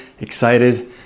excited